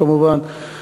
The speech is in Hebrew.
כמובן,